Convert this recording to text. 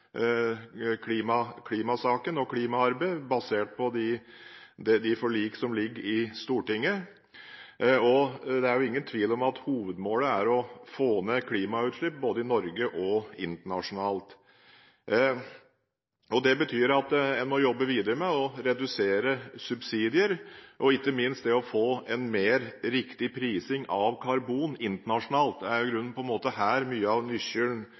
klimasaken og klimaarbeid, basert på forlikene som ligger i Stortinget. Det er ingen tvil om at hovedmålet er å få ned klimautslippene, både i Norge og internasjonalt. Det betyr at man må jobbe videre med å redusere subsidier og ikke minst med å få en mer riktig prising av karbon internasjonalt. Det er i grunn her mye av